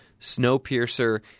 Snowpiercer